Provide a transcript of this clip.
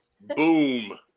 Boom